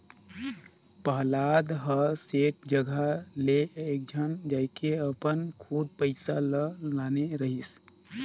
पहलाद ह सेठ जघा ले एकेझन जायके अपन खुद पइसा ल लाने रहिस